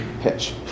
pitch